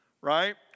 right